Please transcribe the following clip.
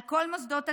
על כל מוסדות הציבור,